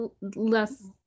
less